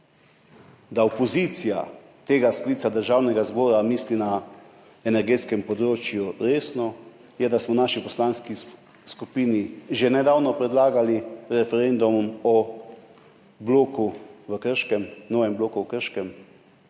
da opozicija tega sklica državnega zbora misli resno na energetskem področju, je, da smo v naši poslanski skupini že nedavno predlagali referendum o novem bloku v Krškem,